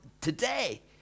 today